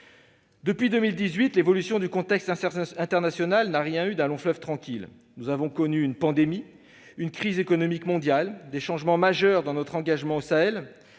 Depuis 2018, l'évolution du contexte international n'a rien eu d'un long fleuve tranquille. Nous avons connu une pandémie, une crise économique mondiale, des changements majeurs dans notre engagement au Sahel,